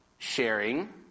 Sharing